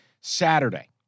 Saturday